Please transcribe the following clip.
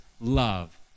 love